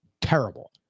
terrible